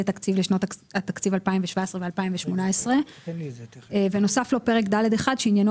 תקציב לשנות התקציב 2017 ו-2018 ונוסף לו פרק ד'1 שעניינו